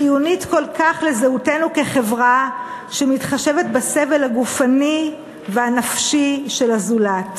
חיונית כל כך לזהותנו כחברה שמתחשבת בסבל הגופני והנפשי של הזולת.